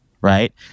right